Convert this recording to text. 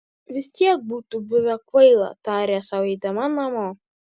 vis tiek būtų buvę kvaila tarė sau eidama namo